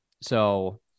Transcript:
So-